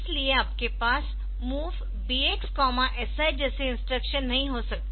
इसलिए आपके पास MOV BX SI जैसे इंस्ट्रक्शन नहीं हो सकते